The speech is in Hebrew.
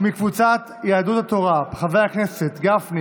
קבוצת סיעת יהדות התורה: חברי הכנסת משה גפני,